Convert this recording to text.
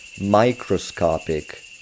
microscopic